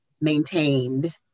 maintained